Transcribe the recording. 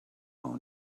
own